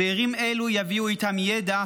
צעירים אלו יביאו איתם ידע,